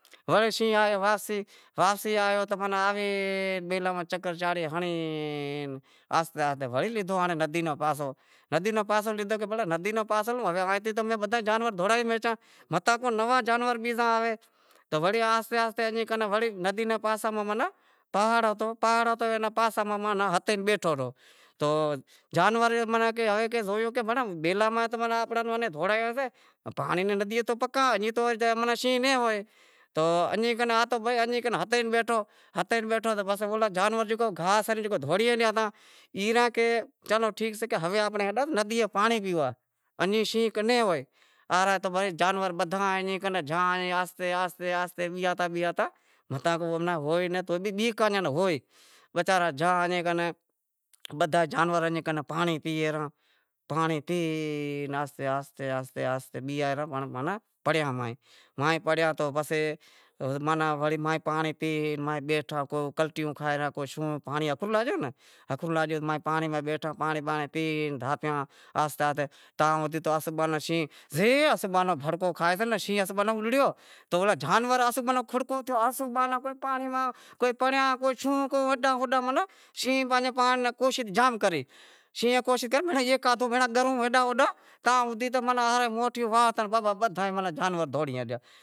وڑے شینہں آیو واپسی، واپسی آیو تو آوے بیلاں ماہ چکر چانڑی ہنڑے وڑے لیدہو آوے ندی رو پاسو، ندی رو پاسو لیواں ہوے تو بدہا ئی جانور موں دہوڑائے لیا، متاں کو نوا جانور بیزا آویں تو وڑے آہستے آہستے ایئں ماناں ندی رے پاسا ماہ پہاڑ ہتو، پہاڑ رے پاسے ماہ ہتے ئی بیٹھو پرہو۔ جانور ہوے کہ زویو کہ ہنڑ بھینڑاں بیلاں ماہ نیں تو آپان نیں دہوڑایا سیں، پانڑی رے ندیئے تو پکا شینہں نیں ہوئے۔ تو انیں کنے ہتے ئی بیٹھو، ئتے ئی بیٹھو تو اولا جانور ززیکو گاہ سری دہوڑیئے لیا ہتا ، ای را تو چلو ٹھیک سے ہوے امیں ہلشاں ندیئے پانڑی پیوا۔ اینیں شینہں کنہیں ہوئے۔ ایئں جانور بدہا ئی ایئں جائیں آہستے آہستے بیہازتا بیہازتا متاں کا شینہں ہوئے ناں ماناں بیہہ ایئاں ناں انزا ہوئے۔ بدہا جاں ایئے کناں وچارا جانور پانڑی پیئے رہاں، پانڑی پی آہستے آہستے آہستے آہستے پیئے رہاں ماناں پڑیاں را مائیں پڑیا تو پسے ماناں پانڑی پیئے بیٹھا کو کلٹیوں کھائے رہیا کو شوں پانڑی تو لاگیو تو پانڑی میں بیٹھا پانڑی بانڑی پی دھاپیا آہستے آہستے تڈاں اوچتو شینہں زے ائے کن بھڑکو کھائے شینہں آوے الڑیو ماناں کھڑکو تھیو تو جانور مانڑی ماہ پڑیا کو شوں کو شوں شینہں پانجو پانڑ ری کوشش ماناں جام کری، شینہں کوشش کری بھینڑاں ایئاں کن گروں ایڈاں اوڈاںتاں آوی موٹیو بھا بدہا ئی جانور دوہنڑیں ہالیا۔